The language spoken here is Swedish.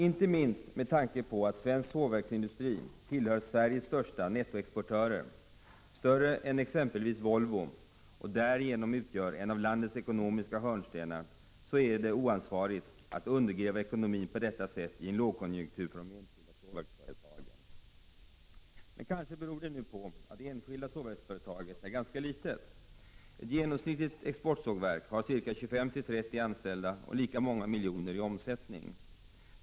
Inte minst med tanke på att svensk sågverksindustri tillhör Sveriges största nettoexportörer — större än exempelvis Volvo — och därigenom utgör en av landets ekonomiska hörnstenar, så är det oansvarigt att undergräva ekonomin på detta sätt i en lågkonjunktur för de enskilda sågverksföretagen. Men kanske beror det hela på att det enskilda sågverksföretaget är ganska litet. Ett genomsnittligt exportsågverk har mellan 25 och 30 anställda och lika många miljoner i omsättning.